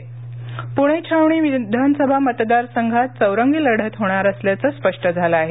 प्णे छावणी विधानसभा मतदार संघात चौरंगी लढत होणार असल्याचं स्पष्ट झालं आहे